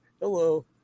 hello